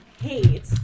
hate